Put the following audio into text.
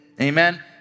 Amen